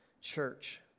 church